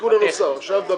התיקון אושר פה אחד.